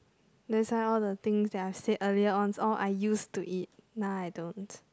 that's why all the things that I said earlier on all I used to eat now I don't